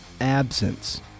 absence